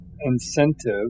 incentive